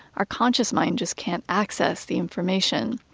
our conscious mind just can't access the information.